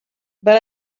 but